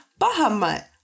Bahamut